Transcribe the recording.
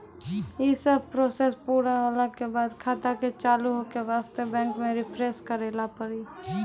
यी सब प्रोसेस पुरा होला के बाद खाता के चालू हो के वास्ते बैंक मे रिफ्रेश करैला पड़ी?